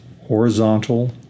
horizontal